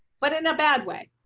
but in a bad way.